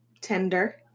tender